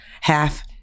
half